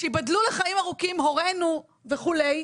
שייבדלו לחיים ארוכים הורינו וכולי,